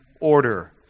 order